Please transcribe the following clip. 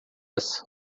essa